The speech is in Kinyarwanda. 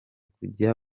kujya